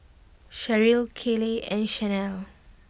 Cheryle Kayleigh and Chanelle